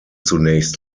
zunächst